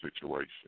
situation